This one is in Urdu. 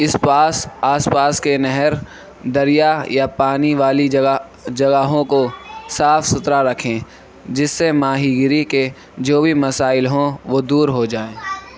اِس پاس آس پاس کے نہر دریا یا پانی والی جگہ جگہوں کو صاف ستھرا رکھیں جس سے ماہی گیری کے جو بھی مسائل ہوں وہ دور ہو جائیں